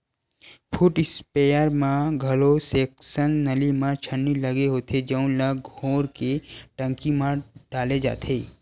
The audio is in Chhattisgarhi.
फुट इस्पेयर म घलो सेक्सन नली म छन्नी लगे होथे जउन ल घोर के टंकी म डाले जाथे